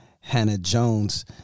Hannah-Jones